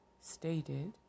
stated